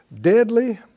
deadly